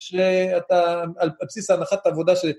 שאתה, על בסיס הנחת העבודה ש...